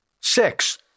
Six